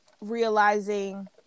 realizing